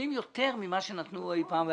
- נותנת יותר מאשר נתנו אי פעם,